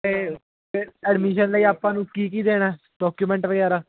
ਤਾਂ ਅਡਮੀਸ਼ਨ ਲਈ ਆਪਾਂ ਨੂੰ ਕੀ ਕੀ ਦੇਣਾ ਹੈ ਡੌਕੂਮੈਂਟ ਵਗੈਰਾ